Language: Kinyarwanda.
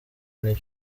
indyo